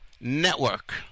Network